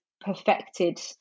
perfected